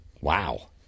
Wow